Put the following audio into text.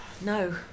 No